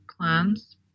plans